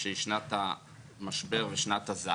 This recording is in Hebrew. יש גם שנתונים שהמשטרה מפרסמת מעת לעת,